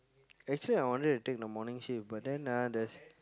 actually I wanted to take the morning shift but then ah the